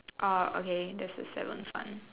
uh okay that's the seventh one